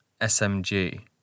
SMG